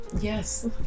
yes